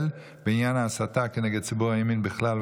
בעניין ההסתה כנגד ציבור הימין בכלל,